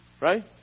right